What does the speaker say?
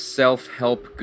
self-help